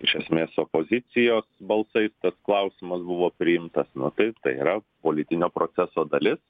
iš esmės opozicijos balsais tas klausimas buvo priimtas nu tai tai yra politinio proceso dalis